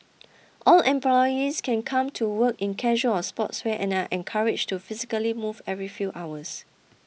all employees can come to work in casual or sportswear and are encouraged to physically move every few hours